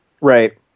right